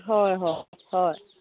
হয় হয় হয়